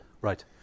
Right